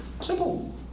Simple